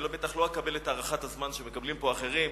אני בוודאי לא אקבל את הארכת הזמן שמקבלים פה אחרים.